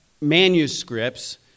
manuscripts